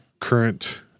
current –